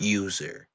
user